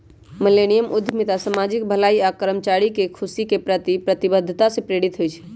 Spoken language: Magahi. मिलेनियम उद्यमिता सामाजिक भलाई आऽ कर्मचारी के खुशी के प्रति प्रतिबद्धता से प्रेरित होइ छइ